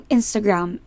Instagram